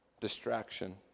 distraction